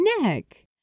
neck